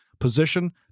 position